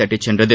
தட்டிச்சென்றது